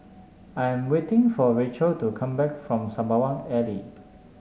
I am waiting for Racheal to come back from Sembawang Alley